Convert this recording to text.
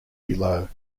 below